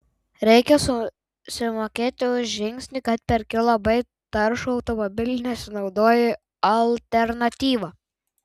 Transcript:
reikia susimokėti už žingsnį kad perki labai taršų automobilį nesinaudoji alternatyva